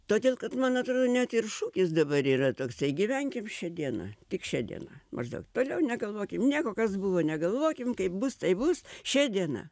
todėl kad man atrodo net ir šūkis dabar yra toksai gyvenkim šia diena tik šia diena maždaug toliau negalvokim nieko kas buvo negalvokim kaip bus taip bus šia diena